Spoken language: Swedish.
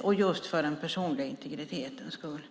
och för den personliga integritetens skull.